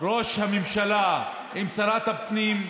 ראש הממשלה עם שרת הפנים,